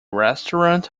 restaurant